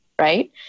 right